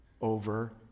over